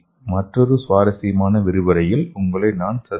மற்றொரு சுவாரசியமான விரிவுரையில் உங்களை நான் சந்திக்கிறேன்